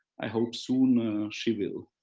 i hope soon ah she will.